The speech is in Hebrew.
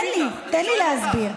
תן לי להסביר.